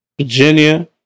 Virginia